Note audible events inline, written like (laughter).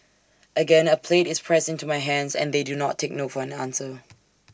again A plate is pressed into my hands and they do not take no for an answer (noise)